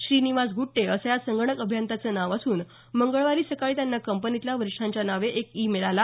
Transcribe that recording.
श्रीनिवास गुट्टे असं या संगणक अभियंत्यांचं नाव असून मंगळवारी सकाळी त्यांना कंपनीतल्या वरिष्ठांच्या नावे एक ई मेल आला